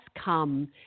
come